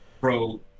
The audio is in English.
pro